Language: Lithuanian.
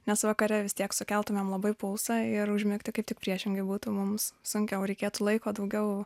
nes vakare vis tiek sukeltumėm labai pulsą ir užmigti kaip tik priešingai būtų mums sunkiau reikėtų laiko daugiau